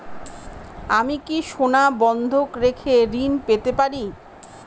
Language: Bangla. আমি কি সোনা বন্ধক রেখে ঋণ পেতে পারি?